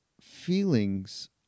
feelings